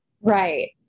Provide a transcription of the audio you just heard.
Right